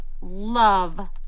love